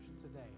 today